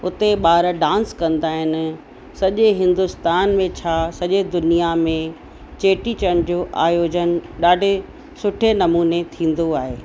हुते ॿार डांस कंदा आहिनि सॼे हिंदुस्तान में छा सॼे दुनिया में चेटीचंड जो आयोजन ॾाढे सुठे नमूने थींदो आहे